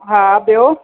हा ॿियो